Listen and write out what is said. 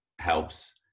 helps